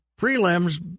prelims